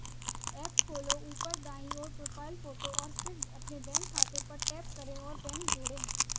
app खोलो, ऊपर दाईं ओर, प्रोफ़ाइल फ़ोटो और फिर अपने बैंक खाते पर टैप करें और बैंक जोड़ें